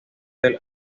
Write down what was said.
del